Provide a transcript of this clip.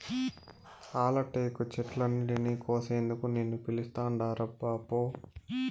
ఆల టేకు చెట్లన్నింటినీ కోసేందుకు నిన్ను పిలుస్తాండారబ్బా పో